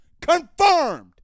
Confirmed